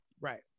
right